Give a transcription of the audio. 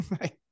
Right